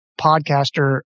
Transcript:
podcaster